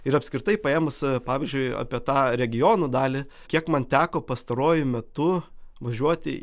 ir apskritai paėmus pavyzdžiui apie tą regionų dalį kiek man teko pastaruoju metu važiuoti